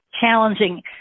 challenging